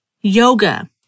yoga